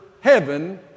heaven